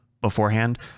beforehand